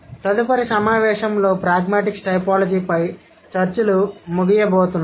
తదుపరి సమావేశంలో ప్రాగ్మాటిక్స్ టైపోలాజీపై చర్చలు ముగియబోతున్నాయి